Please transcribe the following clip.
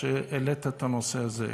שהעלית את הנושא הזה,